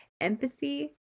empathy